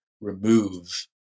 remove